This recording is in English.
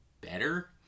better